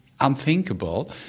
unthinkable